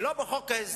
ולא בחוק ההסדרים,